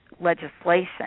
legislation